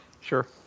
sure